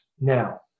now